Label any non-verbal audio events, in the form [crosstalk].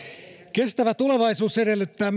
kestävä tulevaisuus edellyttää [unintelligible]